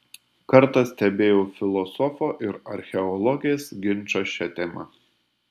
kartą stebėjau filosofo ir archeologės ginčą šia tema